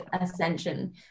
ascension